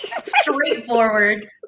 straightforward